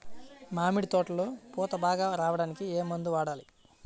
మామిడి తోటలో పూత బాగా రావడానికి ఏ మందు వాడాలి?